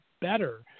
Better